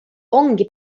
ongi